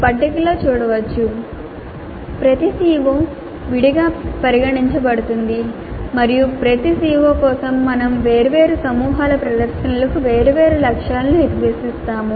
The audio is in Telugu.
పట్టికలో చూడవచ్చు ప్రతి CO విడిగా పరిగణించబడుతుంది మరియు ప్రతి CO కోసం మేము వేర్వేరు సమూహాల ప్రదర్శనలకు వేర్వేరు లక్ష్యాలను నిర్దేశిస్తాము